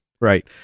Right